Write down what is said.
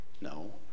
No